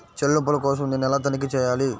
చెల్లింపుల కోసం నేను ఎలా తనిఖీ చేయాలి?